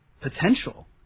potential